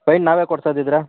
paint ನಾವೇ ಕೊಡ್ಸೋದು ಇದ್ದರೆ